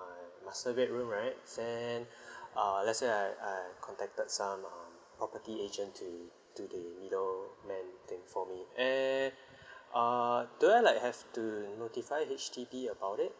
my master bedroom right then uh let's say I I contacted some um property agent to to the middle man things for me err uh do I like have to notify H_D_B about it